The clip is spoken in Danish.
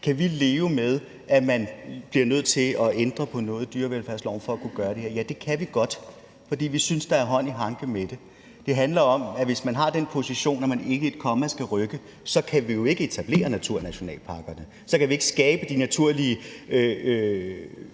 Kan vi leve med, at man bliver nødt til at ændre på noget i dyrevelfærdsloven for at kunne gøre det her? Ja, det kan vi godt, for vi synes, der er hånd i hanke med det. Det handler om, at hvis man har den position, at ikke et komma skal rykkes, så kan vi jo ikke etablere naturnationalparkerne. Så kan vi ikke skabe de naturlige